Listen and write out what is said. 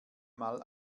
mal